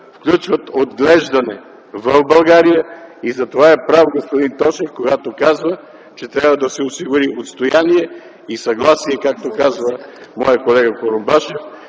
включват отглеждане в България. Затова е прав господин Тошев, когато казва, че трябва да се осигури отстояние и съгласие – както казва моят колега Курумбашев